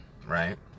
right